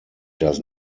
does